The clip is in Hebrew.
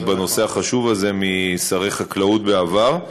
בנושא החשוב הזה, משרי חקלאות בעבר.